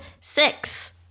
six